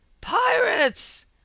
PIRATES